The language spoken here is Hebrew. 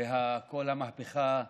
וכל המהפכה הטכנולוגית,